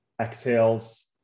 exhales